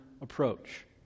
approach